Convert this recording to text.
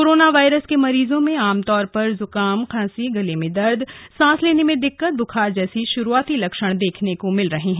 corona virus के मरीजों में आमतौर पर जुकाम खांसी गले में दर्द सांस लेने में दिक्कत बुखार जैसे शुरुआती लक्षण देखे जाते हैं